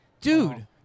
dude